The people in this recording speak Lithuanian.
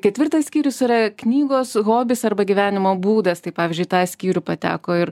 ketvirtas skyrius yra knygos hobis arba gyvenimo būdas tai pavyzdžiui į tą skyrių pateko ir